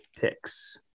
picks